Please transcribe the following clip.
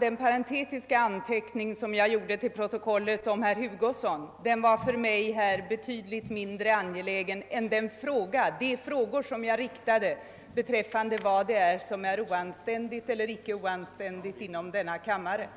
Den parentetiska anteckningen jag gjorde till protokollet om herr Hugosson var betydligt mindre angelägen för mig än de frågor jag ställde beträffande vad som är oanständigt eller inte oanständigt inom denna kammare.